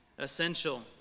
essential